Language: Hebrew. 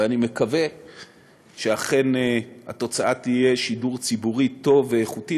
ואני מקווה שאכן התוצאה תהיה שידור ציבורי טוב ואיכותי,